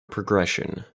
progression